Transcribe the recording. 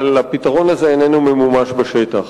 אבל הפתרון הזה איננו ממומש בשטח.